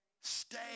Stay